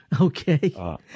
Okay